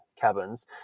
cabins